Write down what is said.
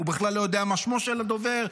הוא בכלל לא יודע מה שמו של הדובר,